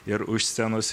ir už scenos